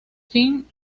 fin